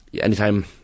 anytime